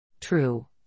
True